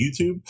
YouTube